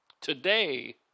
Today